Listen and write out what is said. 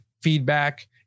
feedback